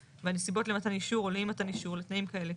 והנסיבות למתן אישור או לאי מתן אישור לתנאים כאלה,